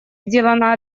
сделано